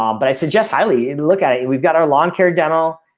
um but i suggest highly and look at it. we've got our lawn care dental.